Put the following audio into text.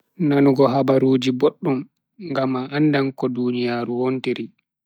Nanugo habaruuji boddum, ngam a andan ko duniyaaru wontiri.